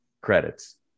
Credits